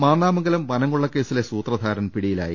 മാന്നാമംഗലം വനംകൊള്ള കേസിലെ സൂത്രധാരൻ പിടി യിലായി